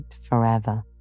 forever